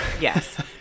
Yes